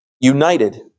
united